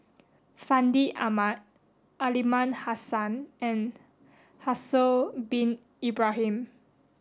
Fandi Ahmad Aliman Hassan and Haslir bin Ibrahim